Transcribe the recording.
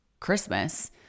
Christmas